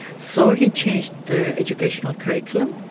so he changed the educational curriculum,